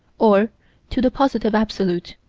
or to the positive absolute,